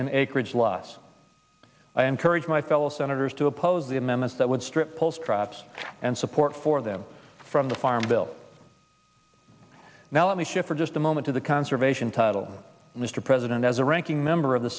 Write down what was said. in acreage loss i encourage my fellow senators to oppose the amendments that would strip traps and support for them from the farm bill now let me shift for just a moment to the conservation title mr president as a ranking member of the